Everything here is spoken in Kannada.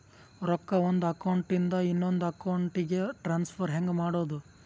ರೊಕ್ಕ ಒಂದು ಅಕೌಂಟ್ ಇಂದ ಇನ್ನೊಂದು ಅಕೌಂಟಿಗೆ ಟ್ರಾನ್ಸ್ಫರ್ ಹೆಂಗ್ ಮಾಡೋದು?